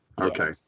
Okay